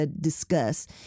discuss